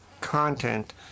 content